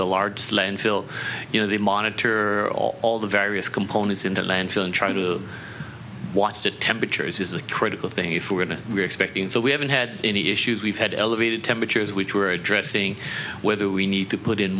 the large slane fill you know they monitor all the various components in the landfill and try to watch the temperatures is the critical thing if we're going to we're expecting so we haven't had any issues we've had elevated temperatures which we're addressing whether we need to put in